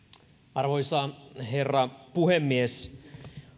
arvoisa herra puhemies